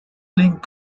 link